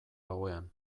gauean